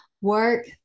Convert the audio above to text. work